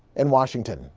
in washington,